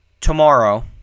tomorrow